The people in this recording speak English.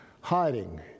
hiding